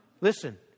listen